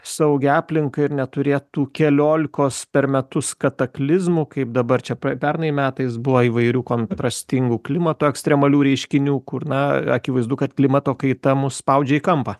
saugią aplinką ir neturėt tų keliolikos per metus kataklizmų kaip dabar čia pre pernai metais buvo įvairių kontrastingų klimato ekstremalių reiškinių kur na akivaizdu kad klimato kaita mus spaudžia į kampą